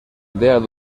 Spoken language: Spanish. dead